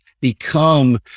become